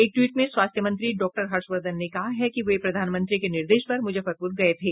एक ट्वीट में स्वास्थ्य मंत्री डा हर्षवर्धन ने कहा है कि वे प्रधानमंत्री के निर्देश पर मुजफ्फरपूर गए थे